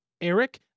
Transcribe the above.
Eric